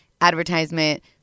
Advertisement